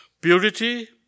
Purity